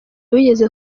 wigeze